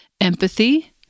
empathy